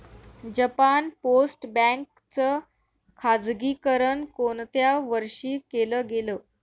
Japan post bank च खाजगीकरण कोणत्या वर्षी केलं गेलं?